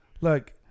Look